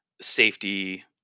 safety